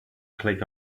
click